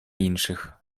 інших